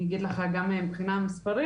אני אגיד לך גם מבחינה מספרית,